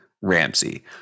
Ramsey